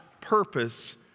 purpose